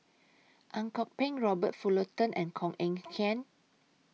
Ang Kok Peng Robert Fullerton and Koh Eng Kian